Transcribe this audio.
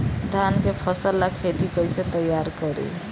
धान के फ़सल ला खेती कइसे तैयार करी?